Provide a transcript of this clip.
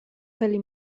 tali